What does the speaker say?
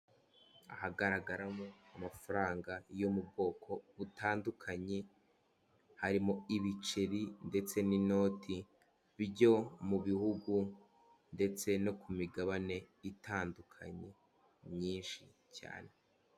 Ahagaragaramo amafaranga yo mu bwoko butandukanye, harimo ibiceri ndetse n'inoti byo mu bihugu ndetse no ku migabane itandukanye myinshi cyane.